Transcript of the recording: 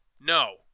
No